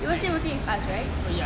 you were still working with us right